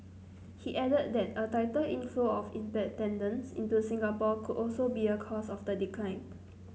he added that a tighter inflow of expat tenants into Singapore could also be a cause of the decline